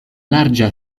larĝa